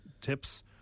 tips